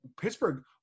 Pittsburgh –